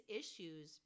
issues